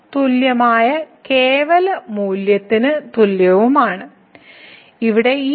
ഈ സാഹചര്യത്തിൽ f ന്റെ കൃത്യമായ മൂല്യം സാധ്യമല്ല അതിനാൽ f ന്റെ താഴത്തെയും മുകളിലെയും പരിധി നമ്മൾ കണക്കാക്കും